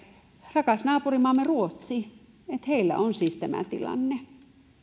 rakkaassa naapurimaassamme ruotsissa on siis tämä tilanne